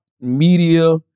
media